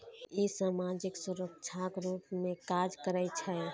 ई सामाजिक सुरक्षाक रूप मे काज करै छै